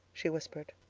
she whispered.